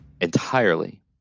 entirely